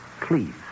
please